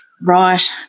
right